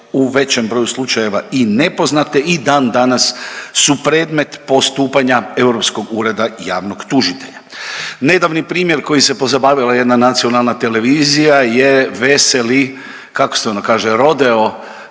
u većem broju slučajeva i nepoznate i dan danas su predmet postupanja Europskog ureda javnog tužitelja. Nedavni primjer kojim se pozabavila jedna nacionalna televizija je veseli kako se ono kaže rodeo